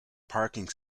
parking